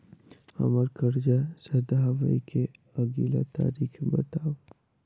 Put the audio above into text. हम्मर कर्जा सधाबई केँ अगिला तारीख बताऊ?